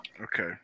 Okay